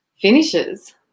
finishes